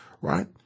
right